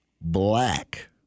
Black